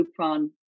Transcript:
Lupron